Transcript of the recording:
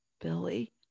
Billy